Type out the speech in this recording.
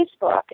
Facebook